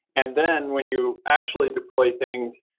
and then, when you actually deploy things,